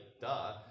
duh